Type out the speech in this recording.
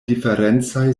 diferencaj